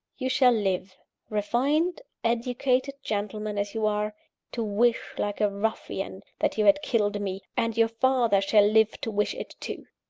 you shall live refined educated gentleman as you are to wish, like a ruffian, that you had killed me and your father shall live to wish it too.